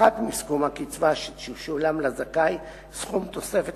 יופחת מסכום הקצבה שתשולם לזכאי סכום תוספת